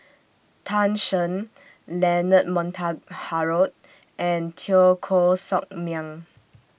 Tan Shen Leonard Montague Harrod and Teo Koh Sock Miang